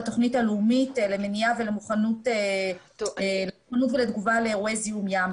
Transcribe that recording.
התכנית הלאומית למניע ולמוכנות ולתגובה על אירועי זיהום ים.